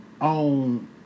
on